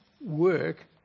work